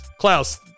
Klaus